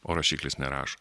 o rašiklis nerašo